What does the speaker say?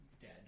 dead